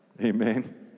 Amen